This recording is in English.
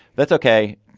that's okay.